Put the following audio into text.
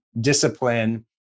discipline